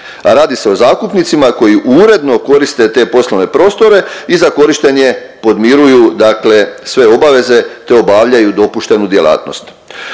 radi se o zakupnicima koji uredno koriste te poslovne prostore i za korištenje podmiruju dakle sve obaveze, te obavljaju dopuštenu djelatnost.